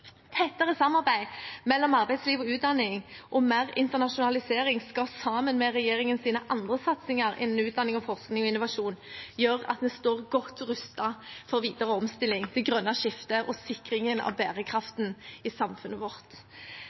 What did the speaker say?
Tettere samarbeid mellom arbeidsliv og utdanning og mer internasjonalisering skal sammen med regjeringens andre satsinger innen utdanning, forskning og innovasjon gjøre at vi står godt rustet for videre omstilling, det grønne skiftet og sikringen av bærekraften i samfunnet vårt.